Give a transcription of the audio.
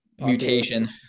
Mutation